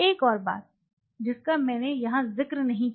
एक और बात जिसका मैंने यहां जिक्र नहीं किया